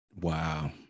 Wow